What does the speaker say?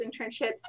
internship